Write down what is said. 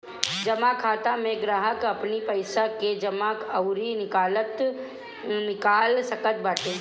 जमा खाता में ग्राहक अपनी पईसा के जमा अउरी निकाल सकत बाटे